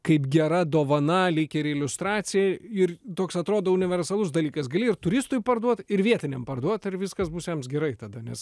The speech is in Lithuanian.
kaip gera dovana lyg ir iliustracija ir toks atrodo universalus dalykas gali ir turistui parduot ir vietiniam parduot ir ir viskas bus jiems gerai tada nes